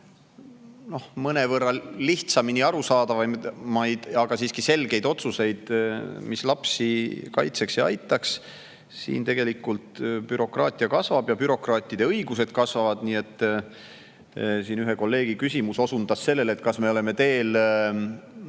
teha mõnevõrra lihtsamini arusaadavaid, aga siiski selgeid otsuseid, mis lapsi kaitseks ja aitaks, tegelikult bürokraatia kasvab ja bürokraatide õigused kasvavad. Ühe kolleegi küsimus osundas sellele, et kas me oleme teel